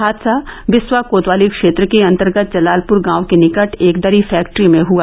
हादसा बिसवा कोतवाली क्षेत्र के अंतर्गत जलालपुर गांव के निकट एक दरी फैक्ट्री में हआ